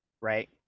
right